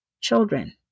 Children